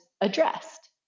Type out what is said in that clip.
addressed